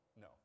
no